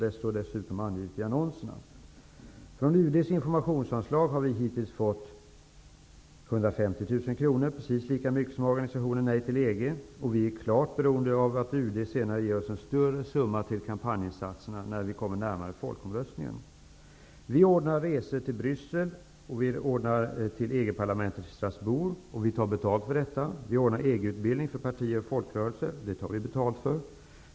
Detta finns dessutom angivet i annonserna. Från UD:s informationsinslag har stiftelsen hittills fått 150 000 kr. Det är precis lika mycket som organisationen Nej till EG har fått. Vi är klart beroende av att UD senare, när folkomröstningen närmar sig, beviljar en större summa för kampanjinsatserna. I stiftelsen ordnar vi resor till Bryssel och till EG parlamentet i Strasbourg. Det tar vi betalt för. Vi ordnar EG-utbildning för partier och folkrörelser. Det tar vi betalt för.